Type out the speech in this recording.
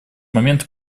момента